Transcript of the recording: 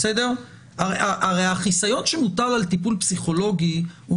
הרי החיסיון שמוטל על טיפול פסיכולוגי הוא